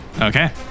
Okay